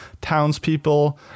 townspeople